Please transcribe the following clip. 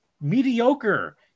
mediocre